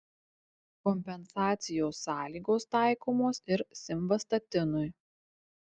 kompensacijos sąlygos taikomos ir simvastatinui